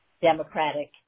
Democratic